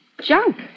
junk